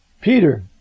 Peter